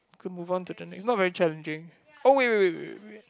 can move on to the next not very challenging oh wait wait wait wait wait